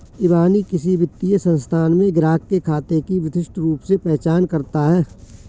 इबानी किसी वित्तीय संस्थान में ग्राहक के खाते की विशिष्ट रूप से पहचान करता है